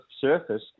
surface